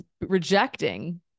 rejecting